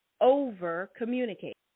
over-communicate